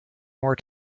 more